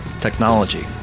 technology